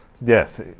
yes